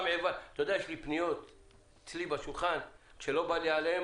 אתה יודע יש לי פניות אצלי בשולחן שלא בא לי עליהן,